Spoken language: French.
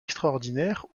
extraordinaire